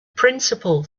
principle